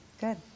Good